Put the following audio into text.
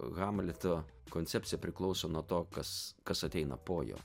hamleto koncepcija priklauso nuo to kas kas ateina po jo